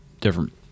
different